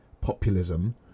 populism